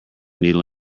needle